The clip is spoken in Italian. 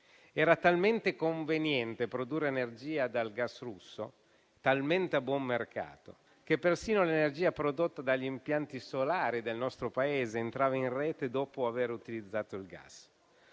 Era talmente conveniente produrre energia dal gas russo, talmente a buon mercato, che persino l'energia prodotta dagli impianti solari del nostro Paese entrava in rete dopo aver utilizzato il gas.